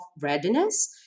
readiness